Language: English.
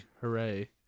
hooray